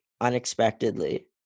unexpectedly